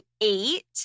eight